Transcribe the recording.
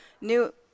new